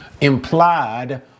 implied